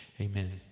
Amen